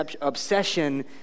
obsession